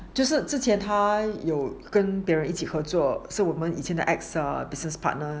就是之前他有跟比人合作是我们的 ex business partner